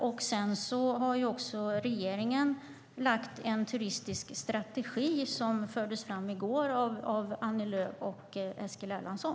Regeringen har också lagt fram en turistisk strategi. Den fördes i går fram av Annie Lööf och Eskil Erlandsson.